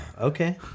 Okay